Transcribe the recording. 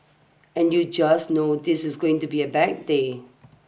and you just know this is going to be a bad day